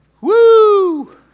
Woo